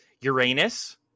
uranus